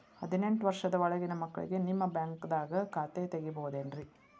ಹದಿನೆಂಟು ವರ್ಷದ ಒಳಗಿನ ಮಕ್ಳಿಗೆ ನಿಮ್ಮ ಬ್ಯಾಂಕ್ದಾಗ ಖಾತೆ ತೆಗಿಬಹುದೆನ್ರಿ?